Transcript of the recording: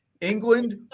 England